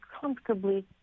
comfortably